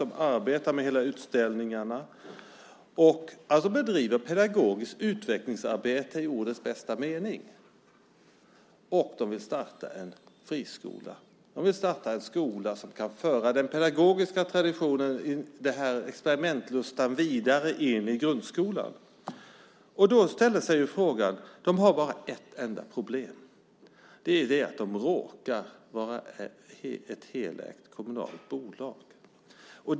Man arbetar med hela utställningarna och bedriver pedagogiskt utvecklingsarbete i ordets bästa mening - och man vill starta en friskola. Man vill starta en skola som kan föra den pedagogiska traditionen, den här experimentlustan, vidare in i grundskolan. Man har bara ett enda problem. Det är att man råkar vara ett helägt kommunalt bolag.